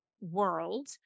world